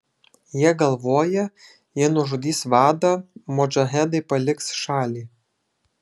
jie galvoja jei nužudys vadą modžahedai paliks šalį